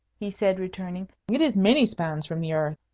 he said, returning it is many spans from the earth.